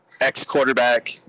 ex-quarterback